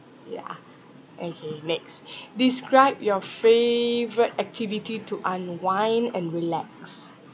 yeah okay next describe your favourite activity to unwind and relax